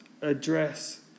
address